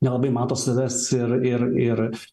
nelabai mato savęs ir ir ir